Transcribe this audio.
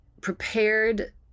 prepared